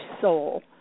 soul